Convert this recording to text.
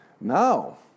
Now